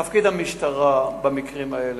תפקיד המשטרה במקרים האלה,